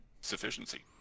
sufficiency